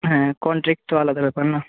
হ্যাঁ কন্ট্রাক্ট তো আলাদা ব্যাপার না